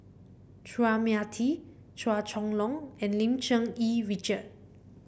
Chua Mia Tee Chua Chong Long and Lim Cherng Yih Richard